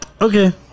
Okay